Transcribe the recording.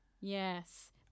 Yes